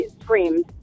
screamed